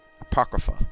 apocrypha